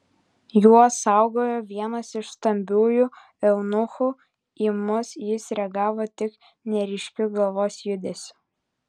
juos saugojo vienas iš stambiųjų eunuchų į mus jis reagavo tik neryškiu galvos judesiu